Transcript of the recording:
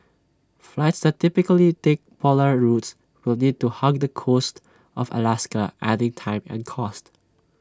flights that typically take polar routes will need to hug the coast of Alaska adding time and cost